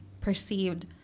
perceived